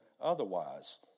otherwise